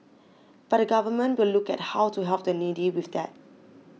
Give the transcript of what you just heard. but the Government will look at how to help the needy with that